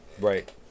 Right